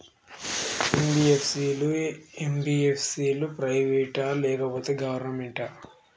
NBFC లు, MBFC లు private ఆ లేకపోతే గవర్నమెంటా?